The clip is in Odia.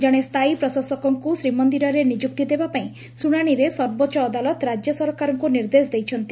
ଜଣେ ସ୍ଥାୟୀ ପ୍ରଶାସକଙ୍କୁ ଶ୍ରୀମନ୍ଦିରରେ ନିଯୁକ୍ତି ଦେବାପାଇଁ ଶୁଣାଣିରେ ସର୍ବୋଚ ଅଦାଲତ ରାଜ୍ୟ ସରକାରଙ୍କୁ ନିର୍ଦ୍ଦେଶ ଦେଇଛନ୍ତି